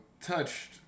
touched